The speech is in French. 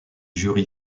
jury